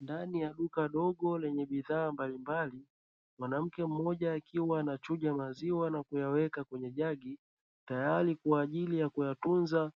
Ndani ya duka dogo lenye bidhaa mbalimbali mwanamke mmoja akiwa anachuja maziwa, na kuyaweka kwenye jagi; tayari kwa ajili ya kuyatunza